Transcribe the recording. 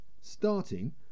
Starting